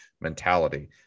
mentality